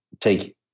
take